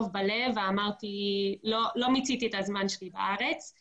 ודיבררתי את הצבא באנגלית עם המון עולים אחרים.